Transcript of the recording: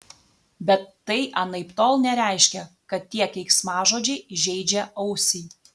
bet tai anaiptol nereiškia kad tie keiksmažodžiai žeidžia ausį